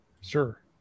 Sure